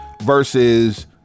versus